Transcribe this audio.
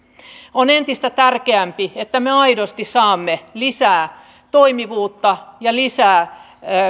on entistä tärkeämpää että me aidosti saamme lisää toimivuutta ja lisää